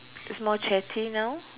is more chatty now